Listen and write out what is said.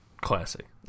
Classic